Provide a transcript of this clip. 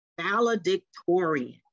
valedictorian